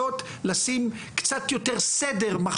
לנושא של תשתיות באוניברסיטה לטובת אנשי המכללות,